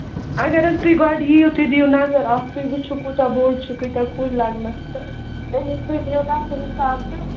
اَگر حظ تُہۍ گۄڈٕ یِیِو تُہۍ دِیِو نَظر اَتھ تُہۍ وُچھِو کوٗتاہ بوٚڈ چھُ کٲتیٛاہ کُلۍ لَگنَس تہٕ تَمہِ سۭتۍ ییٖوٕ تۄہہِ تہِ حِساب تہٕ